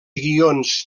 guions